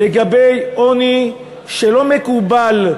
לגבי עוני שלא מקובל,